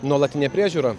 nuolatinė priežiūra